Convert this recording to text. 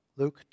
Luke